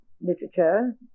literature